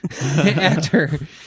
actor